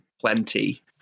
plenty